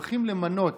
הולכים למנות